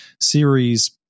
series